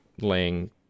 laying